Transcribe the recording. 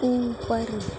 اُوپر